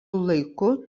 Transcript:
laiku